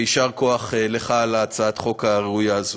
יישר כוח לך על הצעת החוק הראויה הזו.